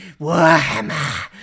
warhammer